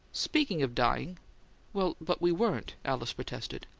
speaking of dying well, but we weren't! alice protested.